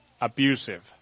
abusive